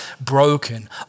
broken